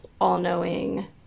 all-knowing